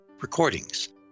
recordings